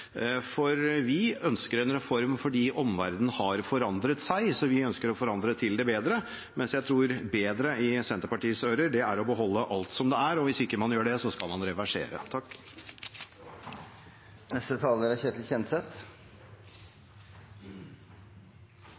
«bedre». Vi ønsker en reform fordi omverdenen har forandret seg, så vi ønsker å forandre til det bedre, mens jeg tror «bedre» i Senterpartiets ører er å beholde alt som det er, og hvis ikke man gjør det, skal man reversere.